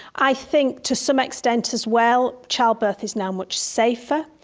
i think to some extent as well childbirth is now much safer,